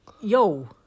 Yo